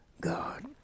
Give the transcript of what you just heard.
God